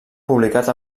publicat